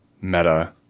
Meta